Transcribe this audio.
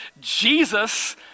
Jesus